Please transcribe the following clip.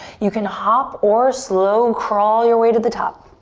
you can hop or slow crawl your way to the top.